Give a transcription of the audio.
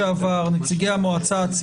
הדיונים בתקנות השונות שמגיעות לשולחן הוועדה,